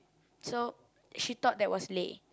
so she thought that was Lei